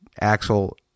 axel